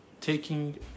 taking